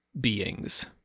beings